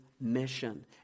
mission